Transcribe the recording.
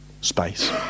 space